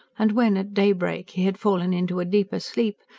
and when at daybreak he had fallen into a deeper sleep,